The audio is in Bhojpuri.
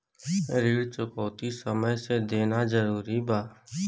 ऋण चुकौती समय से देना जरूरी बा?